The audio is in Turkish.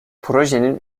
projenin